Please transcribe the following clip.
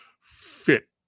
fit